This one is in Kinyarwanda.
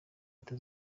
leta